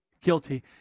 Guilty